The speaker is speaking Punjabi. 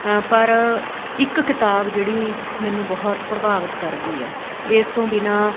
ਪਰ ਇੱਕ ਕਿਤਾਬ ਜਿਹੜੀ ਮੈਨੂੰ ਬਹੁਤ ਪ੍ਰਭਾਵਿਤ ਕਰਦੀ ਹੈ ਇਸ ਤੋਂ ਬਿਨਾਂ